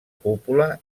cúpula